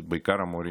בעיקר מורים.